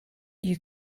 you